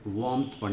warmth